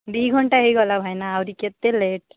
ଦୁଇ ଘଣ୍ଟା ହୋଇଗଲା ଭାଇନା ଆହୁରି କେତେ ଲେଟ୍